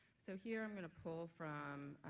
so here i'm going to pull from